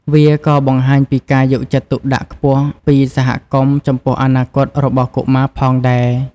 វាក៏បង្ហាញពីការយកចិត្តទុកដាក់ខ្ពស់ពីសហគមន៍ចំពោះអនាគតរបស់កុមារផងដែរ។